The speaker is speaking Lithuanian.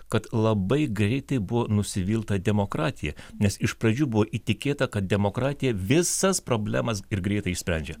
kad labai greitai buvo nusivilta demokratija nes iš pradžių buvo įtikėta kad demokratija visas problemas ir greitai išsprendžia